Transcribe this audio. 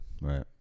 right